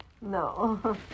No